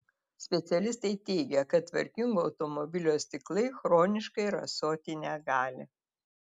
specialistai teigia kad tvarkingo automobilio stiklai chroniškai rasoti negali